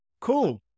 Cool